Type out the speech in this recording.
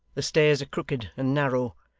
the stairs are crooked and narrow.